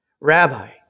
Rabbi